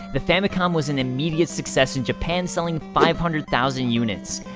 the famicom was an immediate success in japan selling five hundred thousand units.